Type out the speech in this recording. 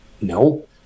No